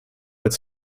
its